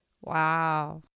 wow